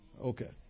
Okay